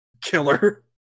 killer